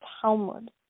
Talmud